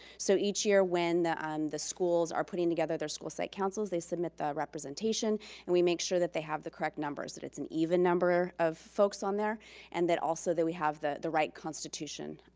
so each year, when the um the schools are putting together their school site councils, they submit the representation and we make sure that they have the correct numbers. so that it's an even number of folks on there and that also that we have the the right constitution.